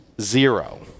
Zero